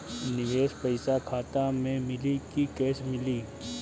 निवेश पइसा खाता में मिली कि कैश मिली?